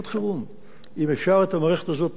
אם אפשר את המערכת הזאת לתכנן לטווח ארוך?